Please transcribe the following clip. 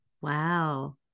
Wow